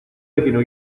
vecino